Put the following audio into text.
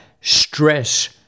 stress